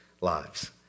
lives